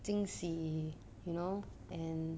惊喜 you know and